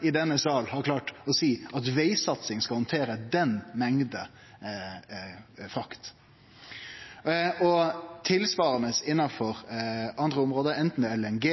i denne salen har klart å seie at vegsatsing skal handtere den mengda frakt. Tilsvarande gjeld innanfor andre område, enten det er LNG